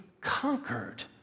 conquered